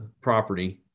property